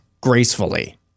gracefully